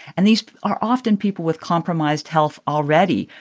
and these are often people with compromised health already.